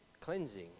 cleansing